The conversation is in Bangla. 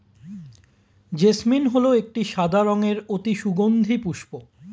জেসমিন হল একটি সাদা রঙের অতি সুগন্ধি পুষ্প